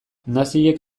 naziek